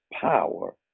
power